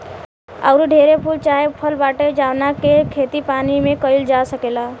आऊरी ढेरे फूल चाहे फल बाटे जावना के खेती पानी में काईल जा सकेला